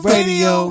Radio